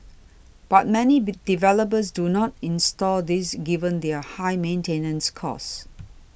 but many be developers do not install these given their high maintenance costs